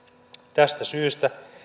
tästä syystä